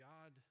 God